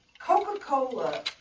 Coca-Cola